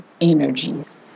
energies